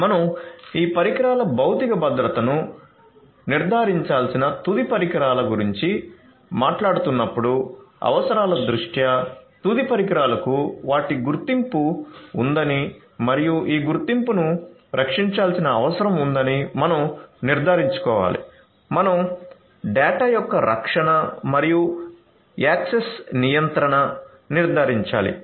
మనం ఈ పరికరాల భౌతిక భద్రతను నిర్ధారించాల్సిన తుది పరికరాల గురించి మాట్లాడుతున్నప్పుడు అవసరాల దృష్ట్యా తుది పరికరాలకు వాటి గుర్తింపు ఉందని మరియు ఈ గుర్తింపును రక్షించాల్సిన అవసరం ఉందని మనం నిర్ధారించుకోవాలి మనం డేటా యొక్క రక్షణ మరియు యాక్సెస్ నియంత్రణ నిర్ధారించాలి